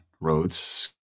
roads